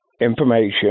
information